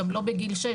גם לא בגיל שש.